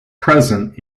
present